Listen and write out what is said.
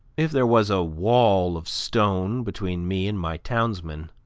if there was a wall of stone between me and my townsmen,